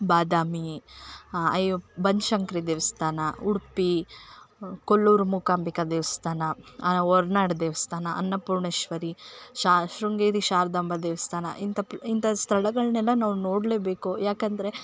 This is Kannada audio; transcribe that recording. ಬಾದಾಮಿ ಅಯ್ಯೋ ಬನಶಂಕರಿ ದೇವಸ್ಥಾನ ಉಡುಪಿ ಕೊಲ್ಲೂರು ಮೂಕಾಂಬಿಕ ದೇವಸ್ಥಾನ ಹೊರ್ನಾಡು ದೇವಸ್ಥಾನ ಅನ್ನಪೂರ್ಣೇಶ್ವರಿ ಶೃಂಗೇರಿ ಶಾರದಾಂಬ ದೇವಸ್ಥಾನ ಇಂಥ ಇಂಥ ಸ್ಥಳಗಳ್ನೆಲ್ಲ ನಾವು ನೋಡಲೇ ಬೇಕು ಯಾಕಂದರೆ